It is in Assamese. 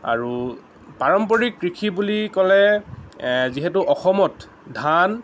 আৰু পাৰম্পৰিক কৃষি বুলি ক'লে যিহেতু অসমত ধান